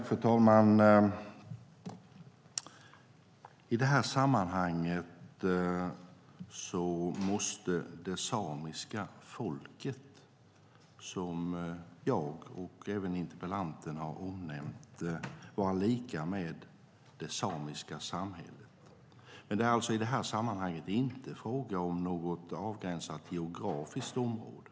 Fru talman! I detta sammanhang måste det samiska folket, som jag och även interpellanten har omnämnt, vara lika med det samiska samhället. Det är alltså inte fråga om något avgränsat geografiskt område.